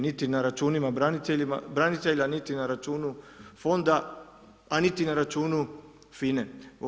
Niti na računima branitelja, niti na računu fonda a niti na računu FINA-a.